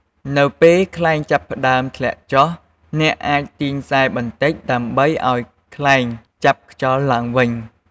នៅពេលខ្លែងចាប់ផ្តើមធ្លាក់ចុះ អ្នកអាចទាញខ្សែបន្តិចដើម្បីឱ្យខ្លែងចាប់ខ្យល់ឡើងវិញ។